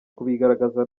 kubigaragaza